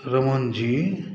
Raman जी